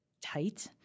tight